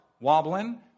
wobbling